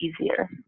easier